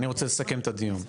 אני רוצה לסכם את הדיון.